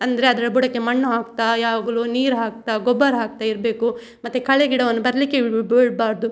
ಅಂದರೆ ಅದರ ಬುಡಕ್ಕೆ ಮಣ್ಣು ಹಾಕ್ತಾ ಯಾವಾಗ್ಲು ನೀರು ಹಾಕ್ತಾ ಗೊಬ್ಬರ ಹಾಕ್ತಾ ಇರಬೇಕು ಮತ್ತೆ ಕಳೆ ಗಿಡವನ್ನು ಬರಲಿಕ್ಕೆ ಬಿಡಬಾರ್ದು